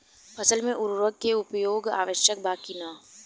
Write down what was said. फसल में उर्वरक के उपयोग आवश्यक बा कि न?